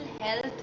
health